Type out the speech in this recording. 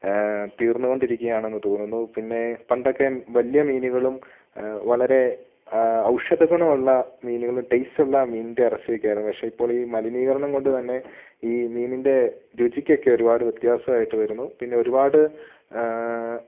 തീർന്നുകൊണ്ടിരിക്കുകയാണെന്ന് തോന്നുന്നു പിന്നെ പണ്ടൊക്കെ വലിയ മീനുകളും വളരെ ഔഷധഗുണമുള്ള മീനുകളും ടേസ്റ്റ് ഉള്ള മീനിൻ്റെ ഇറച്ചിയൊക്കെ ആയിരുന്നു പക്ഷേ ഇപ്പോൾ ഈ മലിനീകരണം കൊണ്ട് തന്നെ ഈ മീനിൻ്റെ രുചിക്കൊക്കെ ഒരുപാട് വ്യത്യാസം ആയിട്ട് വരുന്നു പിന്നെ ഒരുപാട്